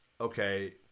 okay